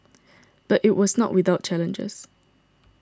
but it was not without challenges